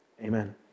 Amen